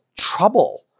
trouble